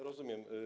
Rozumiem.